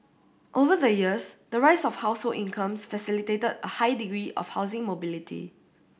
over the years the rise of household incomes facilitated a high degree of housing mobility